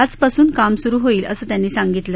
आजपासून काम सुरु होईल असं त्यांनी सांगितलं